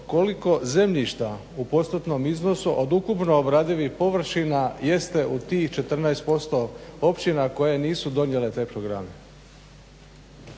koliko zemljišta u postotnom iznosu od ukupno obradivih površina jeste u tih 14% općina koje nisu donijele te programe.